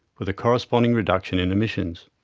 with a corresponding reduction in emissions.